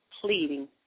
pleading